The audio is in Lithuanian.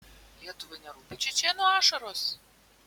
lietuvai nerūpi čečėnų ašaros